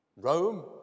Rome